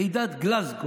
ועידת גלזגו.